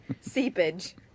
Seepage